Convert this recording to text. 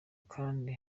kandi